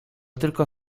tylko